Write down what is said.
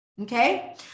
okay